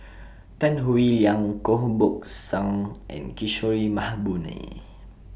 Tan Howe Liang Koh Buck Song and Kishore Mahbubani